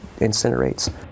incinerates